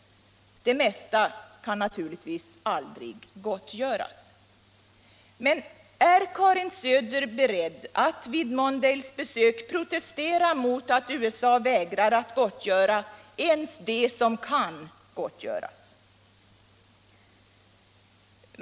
Det mesta kan naturligvis aldrig gottgöras. Men är Karin Söder beredd att vid Mondales besök protestera mot att USA vägrar gottgöra ens det som kan gottgöras?